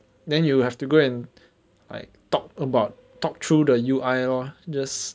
then you have to go and like talk about talk through the U_I lor just